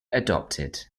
adopted